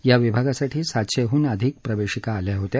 याविभागासाठी सातशेहून अधिक प्रवेशिका आल्या होत्या